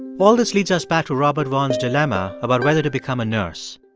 all this leads us back to robert vaughan's dilemma about whether to become a nurse.